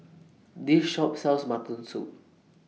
This Shop sells Mutton Soup